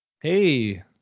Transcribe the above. hey